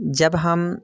जब हम